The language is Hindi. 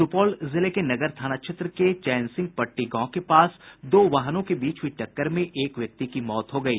सुपौल जिले के नगर थाना क्षेत्र के चैनसिंह पट्टी गांव के पास दो वाहनों के बीच हुई टक्कर में एक व्यक्ति की मौत हो गयी